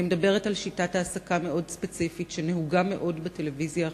אני מדברת על שיטת העסקה מאוד ספציפית שנהוגה מאוד בטלוויזיה החינוכית,